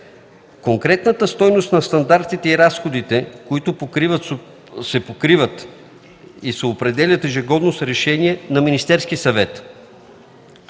Конкретната стойност на стандартите и разходите се покриват и се определят ежегодно с решение на Министерския съвет.